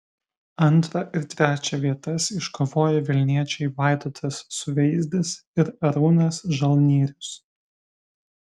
antrą ir trečią vietas iškovojo vilniečiai vaidotas suveizdis ir arūnas žalnierius